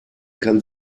kann